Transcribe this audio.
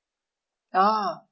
ah